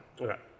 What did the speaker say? Okay